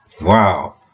Wow